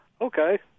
Okay